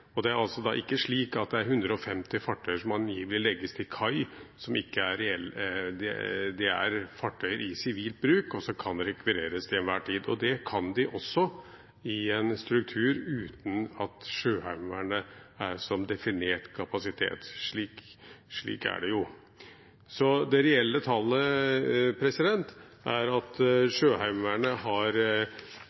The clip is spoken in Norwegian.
realitet. Det er altså ikke slik at det er 150 fartøyer som angivelig legges til kai; dette er fartøyer som er i sivilt bruk, og som kan rekvireres til enhver tid, og det kan de også i en struktur uten at Sjøheimevernet er som definert kapasitet. Slik er det jo. Det reelle tallet er at Sjøheimevernet har